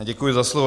Děkuji za slovo.